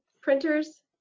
printers